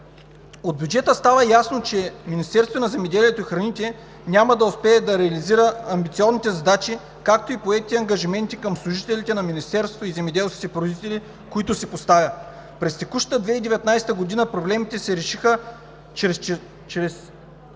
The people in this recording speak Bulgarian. От бюджета става ясно, че Министерството на земеделието, храните и горите няма да успее да реализира амбициозните задачи, както и поетите ангажименти към служителите на Министерството и земеделските производители, които си поставя. През текущата 2019 г. проблемите се решиха чрез